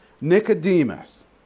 Nicodemus